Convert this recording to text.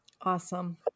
Awesome